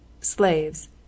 slaves